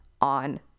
on